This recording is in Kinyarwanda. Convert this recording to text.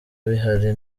bihari